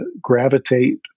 gravitate